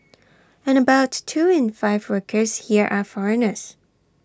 and about two in five workers here are foreigners